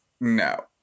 No